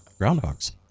groundhogs